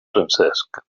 francesc